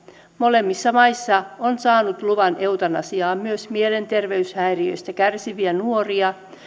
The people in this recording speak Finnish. molemmissa maissa on saanut luvan eutanasiaan myös mielenterveyshäiriöistä kärsiviä nuoria